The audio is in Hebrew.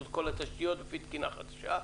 את כל התשתיות לפי תקינה חדשה?